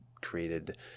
created